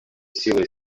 силы